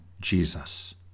Jesus